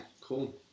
cool